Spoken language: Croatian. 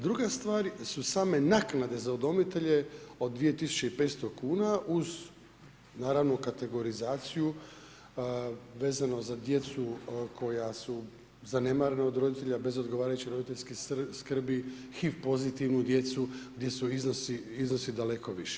Druga stvar su same naknade za udomitelje od 2500 kn uz naravno kategorizacije vezano za djecu koja su zanemarena od roditelja, bez odgovarajuće roditeljske skrbi, HIV pozitivnu djecu gdje su iznosi daleko viši.